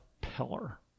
pillar